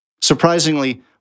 Surprisingly